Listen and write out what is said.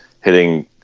hitting